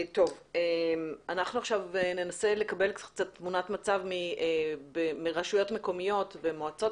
אנחנו ננסה עכשיו לקבל תמונת מצב מרשויות מקומיות ומועצות